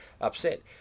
upset